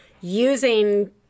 using